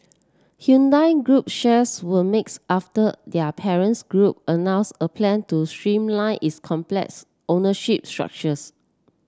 Hyundai Group shares were mixed after their parents group announced a plan to streamline its complex ownership structures